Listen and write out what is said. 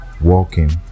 walking